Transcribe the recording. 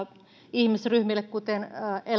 ihmisryhmille kuten